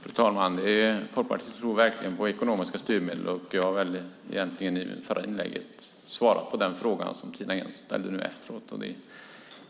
Fru talman! Folkpartiet tror verkligen på ekonomiska styrmedel. Jag svarade egentligen i mitt förra inlägg på den fråga som Tina Ehn ställde efteråt. Det